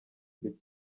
mbi